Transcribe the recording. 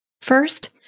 First